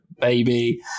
baby